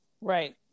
right